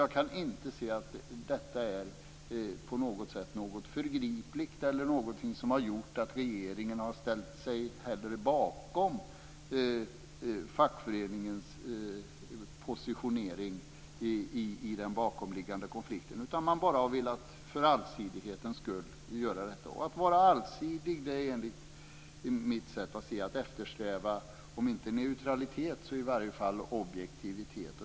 Jag kan inte se att detta på något sätt är någonting förgripligt eller någonting som gjort att regeringen har ställt sig bakom fackföreningens positionering i den bakomliggande konflikten. I stället har man bara för allsidighetens skull velat göra detta. Att vara allsidig är, enligt mitt sätt att se saken, att eftersträva om inte neutralitet så i varje fall objektivitet.